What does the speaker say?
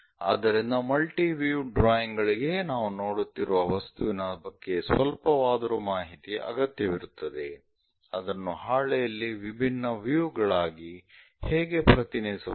ಆದ್ದರಿಂದ multi view drawing ಗಳಿಗೆ ನಾವು ನೋಡುತ್ತಿರುವ ವಸ್ತುವಿನ ಬಗ್ಗೆ ಸ್ವಲ್ಪವಾದರೂ ಮಾಹಿತಿ ಅಗತ್ಯವಿರುತ್ತದೆ ಅದನ್ನು ಹಾಳೆಯಲ್ಲಿ ವಿಭಿನ್ನ ವ್ಯೂ ಗಳಾಗಿ ಹೇಗೆ ಪ್ರತಿನಿಧಿಸಬಹುದು